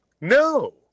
No